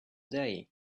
day